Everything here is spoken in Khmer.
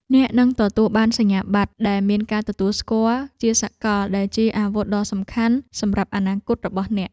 អ្នកនឹងទទួលបានសញ្ញាបត្រដែលមានការទទួលស្គាល់ជាសកលដែលជាអាវុធដ៏សំខាន់សម្រាប់អនាគតរបស់អ្នក។